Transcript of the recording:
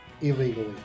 illegally